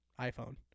iPhone